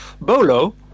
Bolo